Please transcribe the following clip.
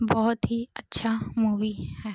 बहुत ही अच्छा मूवी है